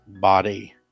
body